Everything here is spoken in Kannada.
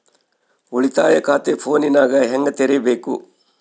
ಉಳಿತಾಯ ಖಾತೆ ಫೋನಿನಾಗ ಹೆಂಗ ತೆರಿಬೇಕು?